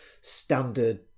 standard